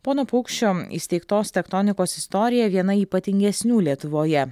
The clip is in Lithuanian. pono paukščio įsteigtos teltonikos istorija viena ypatingesnių lietuvoje